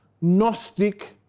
Gnostic